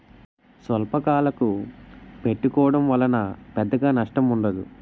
స్వల్పకాలకు పెట్టుకోవడం వలన పెద్దగా నష్టం ఉండదు